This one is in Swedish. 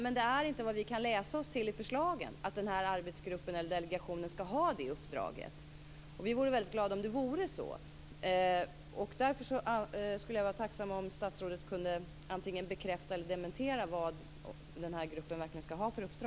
Men vi kan inte läsa oss till i förslagen att arbetsgruppen eller delegationen har det uppdraget. Vi vore väldigt glada om det vore så. Därför skulle jag vara tacksam om statsrådet kunde antingen bekräfta eller dementera vilket uppdrag gruppen skall ha.